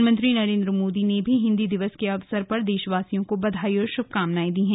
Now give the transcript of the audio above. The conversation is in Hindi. प्रधानमंत्री नरेन्द्र मोदी ने भी हिन्दी दिवस के अवसर पर देशवासियों को बधाई और शुभकामनाएं दी हैं